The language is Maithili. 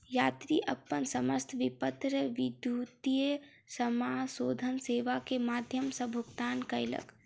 यात्री अपन समस्त विपत्र विद्युतीय समाशोधन सेवा के माध्यम सॅ भुगतान कयलक